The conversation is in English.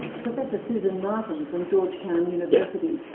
professor susan martin from georgetown university,